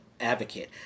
advocate